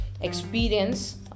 experience